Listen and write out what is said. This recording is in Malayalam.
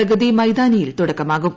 പ്രഗതി മൈതാനിയിൽ തുടക്കമാകും